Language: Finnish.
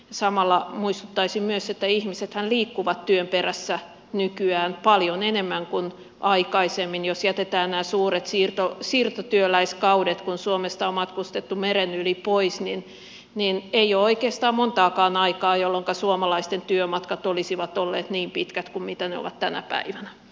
samalla muistuttaisin myös että ihmisethän liikkuvat työn perässä nykyään paljon enemmän kuin aikaisemmin jos jätetään nämä suuret siirtotyöläiskaudet pois kun suomesta on matkustettu meren yli niin että ei ole oikeastaan montaakaan aikaa jolloinka suomalaisten työmatkat olisivat olleet niin pitkät kuin mitä ne ovat tänä päivänä